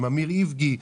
עם אמיר איבגי?